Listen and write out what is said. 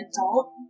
adult